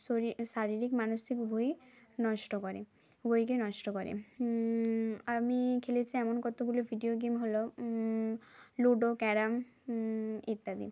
শরীর শারীরিক মানসিক উভয়ই নষ্ট করে উভয়কে নষ্ট করে আমি খেলেছি এমন কতগুলো ভিডিও গেম হল লুডো ক্যারাম ইত্যাদি